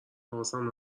حواسم